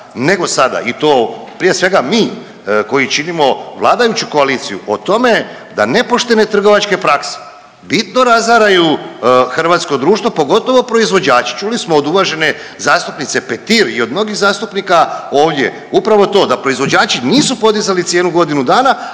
nego sada i to prije svega mi koji činimo vladajuću koaliciju o tome da nepoštene trgovačke prakse bitno razaraju hrvatsko društvo, pogotovo proizvođače. Čuli smo od uvažene zastupnice Petir i od mnogih zastupnika ovdje upravo to da proizvođači nisu podizali cijenu godinu dana,